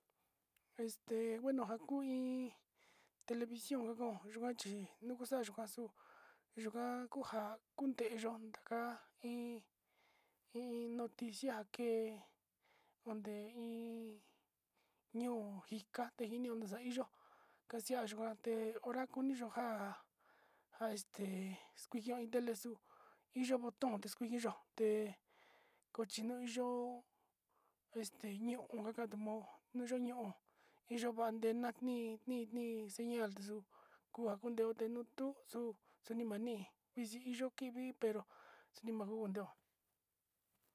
Este bueno nja kuu iin televicion njakun chí nuku xa'a kuaku yukan yunja kuu, ndeyu taka iin iin noticia e onde iin ño'o njika ndenji ño'o xaiyo kanjia yuate hora kuñi ndoja nja este yuu kuiya telexu iho botón eskuiye yó te kochinot yo'ó este ño'o taka tumo'o nuu yo'ó ño'o iin yo'o va'a net natni iin ni xeña'a, nriate xuu kuu kuan kondete nuu tuu xuu xuni maní ixi yuu vivi pero nima njo ondeó.